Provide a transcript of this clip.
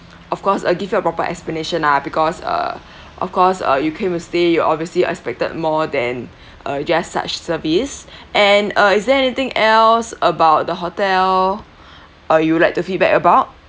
of course uh give you a proper explanation lah because uh of course uh you came to stay you obviously expected more than uh just such service and uh is there anything else about the hotel uh you would like to feedback about